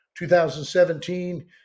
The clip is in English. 2017